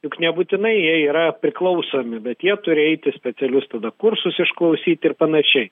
juk nebūtinai jie yra priklausomi bet jie turi eiti specialius tada kursus išklausyti ir panašiai